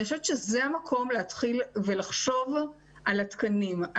אני חושבת שזה המקום להתחיל ולחשוב על התקנים.